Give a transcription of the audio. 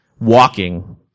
walking